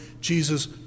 Jesus